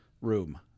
room